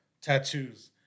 tattoos